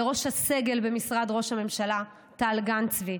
לראש הסגל במשרד ראש הממשלה טל גן צבי,